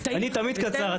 אני תמיד קצר.